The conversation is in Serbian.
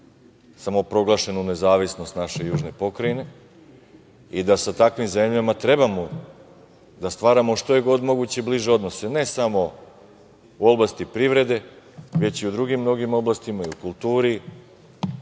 samoproglašenu nezavisnost naše južne pokrajine i da sa takvim zemljama trebamo da stvaramo što je god moguće bliže odnose, ne samo u oblasti privrede, već i u drugim oblastima, u kulturi